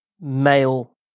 male